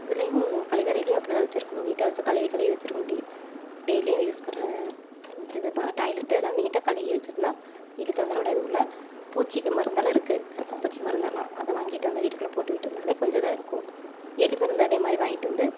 அதுலையும் கழிவறையிலையும் அப்படிதான் வச்சுருக்கணும் நீட்டாக வச்சு கழுவி கழுவி வச்சுருக்கணும் டெய்லியும் யூஸ் பண்ணுற இது டாய்லெட்டு எல்லாம் நீட்டாக கழுவி வச்சுருந்தா எலி தொந்தரவெல்லாம் ஏதும் இல்லை பூச்சிக்கு மருந்தெல்லாம் இருக்கு கரப்பான் பூச்சி மருந்தெல்லாம் அதை வாங்கிட்டு வந்து வீட்டுக்குள்ளெ போட்டு விட்டோம்னாலே கொஞ்சம் இதாக இருக்கும் எலிமருந்தும் அதேமாதிரி வாங்கிட்டு வந்து